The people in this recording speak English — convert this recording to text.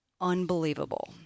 unbelievable